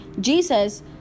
Jesus